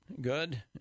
good